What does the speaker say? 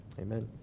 Amen